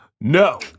No